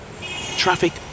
Traffic